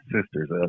sister's